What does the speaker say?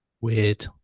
weird